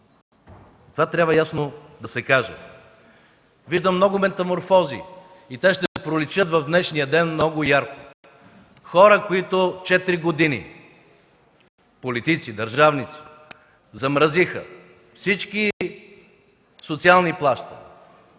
Това трябва ясно да се каже. Виждам много метаморфози и те ще проличат в днешния ден много ярко. Хора, които 4 години, политици, държавници, замразиха всички социални плащания